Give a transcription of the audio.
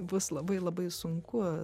bus labai labai sunku